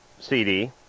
CD